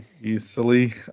Easily